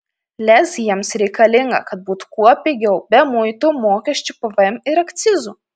lez jiems reikalinga kad būtų kuo pigiau be muitų mokesčių pvm ir akcizų